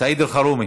סעיד אלחרומי,